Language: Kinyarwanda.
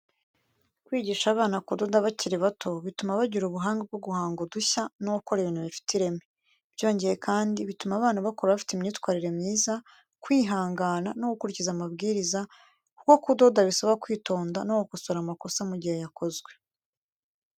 Kwigisha abana kudoda bakiri bato bituma bagira ubuhanga bwo guhanga udushya no gukora ibintu bifite ireme. Byongeye kandi bituma abana bakura bafite imyitwarire myiza, kwihangana no gukurikiza amabwiriza kuko kudoda bisaba kwitonda no gukosora amakosa mu gihe yakozwe.